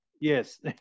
yes